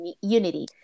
unity